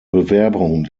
bewerbung